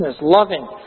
loving